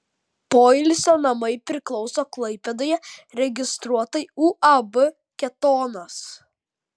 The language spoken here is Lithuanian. poilsio namai priklauso klaipėdoje registruotai uab ketonas